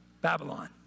Babylon